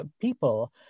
people